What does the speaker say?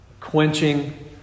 quenching